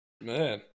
Man